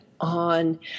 on